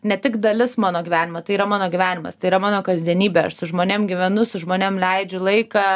ne tik dalis mano gyvenime tai yra mano gyvenimas tai yra mano kasdienybė aš su žmonėm gyvenu su žmonėm leidžiu laiką